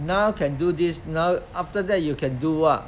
now can do this now after that you can do what